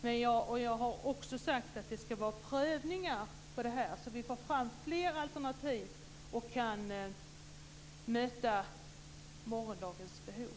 Jag har sagt att det skall göras prövningar, så att man får fram fler alternativ för att möta morgondagens behov.